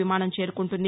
విమానం చేరుకుంటుంది